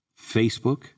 Facebook